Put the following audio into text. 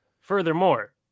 Furthermore